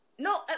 No